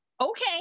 Okay